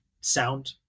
sound